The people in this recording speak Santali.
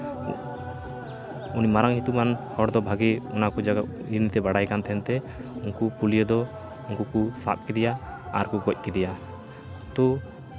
ᱩᱱᱤ ᱢᱟᱨᱟᱝ ᱧᱩᱛᱩᱢᱟᱱ ᱦᱚᱲ ᱫᱚ ᱵᱷᱟᱹᱜᱤ ᱚᱱᱟ ᱠᱚ ᱡᱟᱭᱜᱟ ᱱᱤᱭᱮ ᱛᱮᱭ ᱵᱟᱲᱟᱭ ᱠᱟᱱ ᱛᱟᱦᱮᱱ ᱛᱮ ᱩᱝᱠᱩ ᱯᱩᱞᱤᱭᱟᱹ ᱫᱚ ᱩᱝᱠᱩ ᱠᱚ ᱥᱟᱵ ᱠᱮᱫᱮᱭᱟ ᱟᱨᱠᱚ ᱜᱚᱡ ᱠᱮᱫᱮᱭᱟ ᱛᱚ